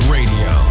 Radio